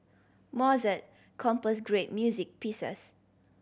Mozart composed great music pieces